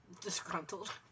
Disgruntled